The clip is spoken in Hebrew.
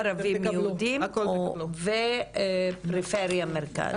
ערבים-יהודים, ופריפריה-מרכז.